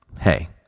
hey